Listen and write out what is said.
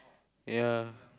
ya